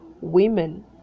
women